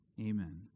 Amen